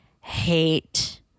hate